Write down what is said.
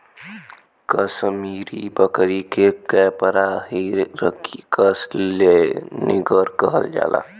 कसमीरी बकरी के Capra hircus laniger कहल जाला